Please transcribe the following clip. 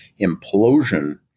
implosion